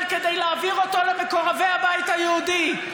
כדי להעביר אותו למקורבי הבית היהודי.